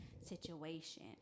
situation